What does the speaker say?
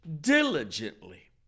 diligently